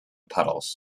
puddles